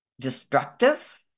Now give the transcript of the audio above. destructive